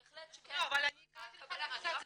בהחלט ש- -- אבל אני הקראתי לך פסק דין.